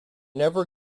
never